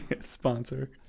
sponsor